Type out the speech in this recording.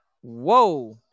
Whoa